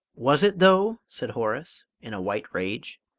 was it, though? said horace, in a white rage.